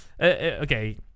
okay